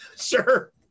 sure